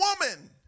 woman